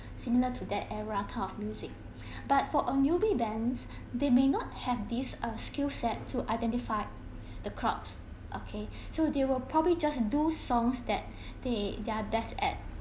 similar to that era kind of music but for a newbie bands they may not have this uh skill set to identify the crops okay so they will probably just do songs that they their best at